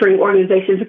organizations